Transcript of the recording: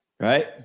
right